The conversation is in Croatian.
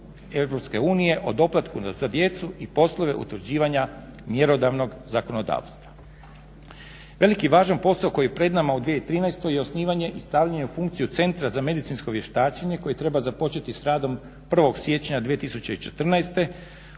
Europske unije o doplatku za djecu i poslove utvrđivanja mjerodavnog zakonodavstva. Velik i važan posao koji je pred nama u 2013. je osnivanje i stavljanje u funkciji Centra za medicinsko vještačenje koji treba započeti s radom 1. siječnja 2014.